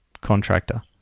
contractor